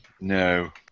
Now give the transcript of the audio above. No